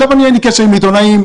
אין לי קשר עם עיתונאים,